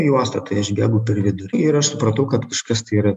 juostą tai aš bėgu per vidurį ir aš supratau kad kažkas tai yra